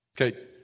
Okay